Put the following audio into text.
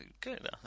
Good